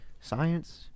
science